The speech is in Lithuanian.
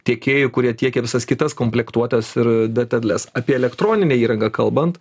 tiekėjų kurie tiekia visas kitas komplektuotes ir detales apie elektroninę įrangą kalbant